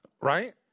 right